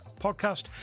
Podcast